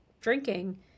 drinking